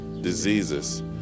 diseases